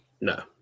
No